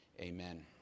amen